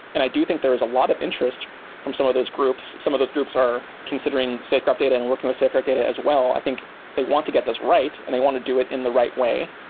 and i do think there is a lot of interest from some of those groups. some of those groups are considering safegraph data and working with safegraph data as well. i think they want to get this right and they want to do it in the right way.